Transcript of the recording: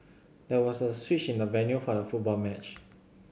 there was a switch in the venue for the football match